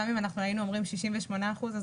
גם אם היינו אומרים 68 אחוזים,